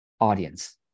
audience